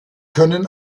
können